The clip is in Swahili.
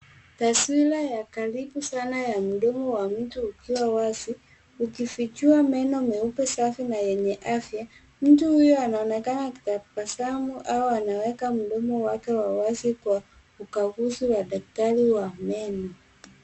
Taswira ya karibu sana ya mdomo wa mtu ukiwa wazi ukifichua meno meupe, safi na yenye afya. Mtu huyu anaonekana akitabasamu au anaweka mdomo wake wa wazi kwa ukaguzi wa daktari wa meno.